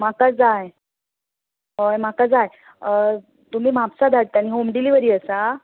म्हाका जाय हय म्हाका जाय तुमी म्हापसा धाडटा न्ही होम डिलिवरी आसा